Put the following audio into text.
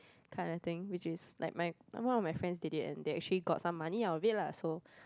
kind of thing which is like my one of my friends did it and they actually got some money out of it lah so